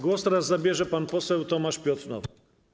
Głos teraz zabierze pan poseł Tomasz Piotr Nowak.